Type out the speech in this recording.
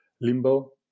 Limbo